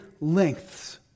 lengths